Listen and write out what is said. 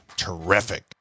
Terrific